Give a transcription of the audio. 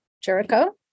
Jericho